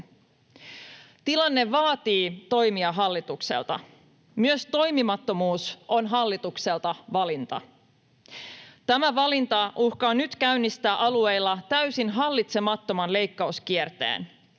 Tilanne vaatii toimia hallitukselta. Myös toimimattomuus on hallitukselta valinta. Tämä valinta uhkaa nyt käynnistää alueilla täysin hallitsemattoman leikkauskierteen.